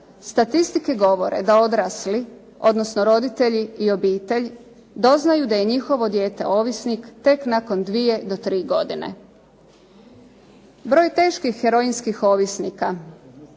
Statistike govore da odrasli odnosno roditelji i obitelj doznaju da je njihovo dijete ovisnik tek nakon dvije do tri godine. Broj teških heroinskih ovisnika